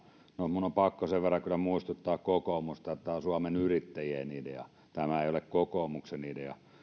no minun on pakko sen verran kyllä muistuttaa kokoomusta että tämä on suomen yrittäjien idea tämä ei ole kokoomuksen idea me